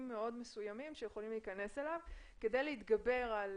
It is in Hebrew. מאוד מסוימים שיכולים להיכנס אליו כדי להתגבר על